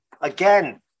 again